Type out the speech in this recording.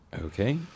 Okay